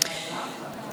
חברות וחברים,